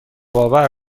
آور